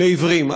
לעיוורים.